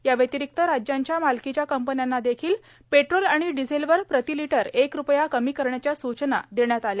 या व्यतिरिक्त राज्यांच्या मालकीच्या कंपन्यांना देखील पेट्रोल आणि डीझेल वर प्रती लिटर एक रुपया कमी करण्याच्या सूचना देण्यात आल्या